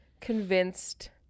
convinced